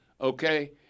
Okay